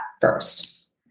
first